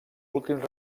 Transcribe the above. últims